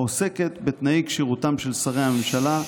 העוסקת בתנאי כשירותם של שרי הממשלה,